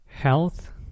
health